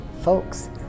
folks